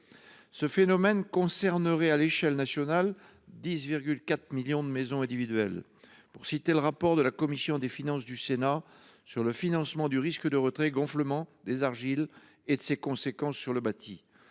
Le phénomène concernerait à l’échelle nationale 10,4 millions de maisons individuelles, d’après le rapport d’information de la commission des finances du Sénat sur le financement du risque de retrait gonflement des argiles et de ses conséquences sur le bâti.